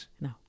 No